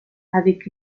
avec